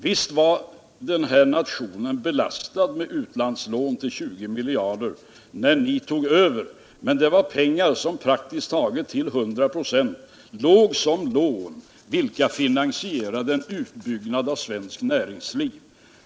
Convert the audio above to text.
Visst var den här nationen belastad med utlandslån på 20 miljarder när ni tog över, men det var pengar som praktiskt taget till hundra procent finansierade en utbyggnad av svenskt näringsliv.